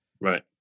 Right